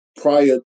prior